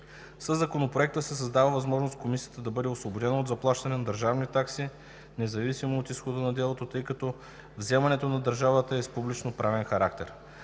Със Законопроекта се създава възможност Комисията да бъде освободена от заплащане на държавни такси, независимо от изхода на делото, тъй като вземането на държавата е с публично-правен характер.